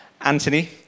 anthony